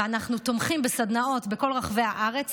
ואנחנו תומכים בסדנאות עבור הציבור הרחב בכל רחבי הארץ